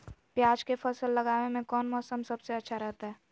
प्याज के फसल लगावे में कौन मौसम सबसे अच्छा रहतय?